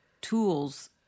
tools